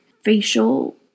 facial